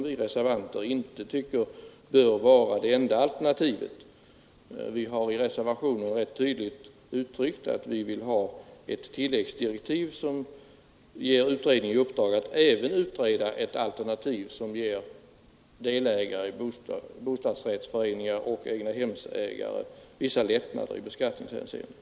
Vi reservanter tycker inte att det bör vara det enda alternativet. Vi har i reservationen rätt tydligt uttryckt att vi vill ha tilläggsdirektiv som ger utredningen i uppdrag att även utreda ett alternativ som ger delägare i bostadsrättsföreningar och egnahemsägare vissa lättnader i beskattningshänseende.